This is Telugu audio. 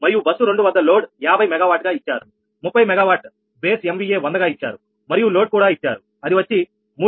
మరియు బస్సు రెండు వద్ద లోడ్ 50 మెగావాట్ గా ఇచ్చారు30 మెగావాట్ బేస్ MVA 100 గా ఇచ్చారు మరియు లోడ్ కూడా ఇచ్చారు అది వచ్చి 305